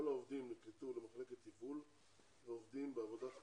כל העובדים נקלטו במחלקת תפעול ועובדים בעבודת כפיים,